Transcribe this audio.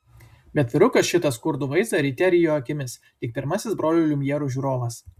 bet vyrukas šitą skurdų vaizdą ryte rijo akimis lyg pirmasis brolių liumjerų žiūrovas